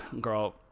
girl